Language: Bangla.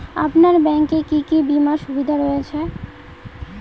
আপনার ব্যাংকে কি কি বিমার সুবিধা রয়েছে?